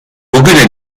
bugüne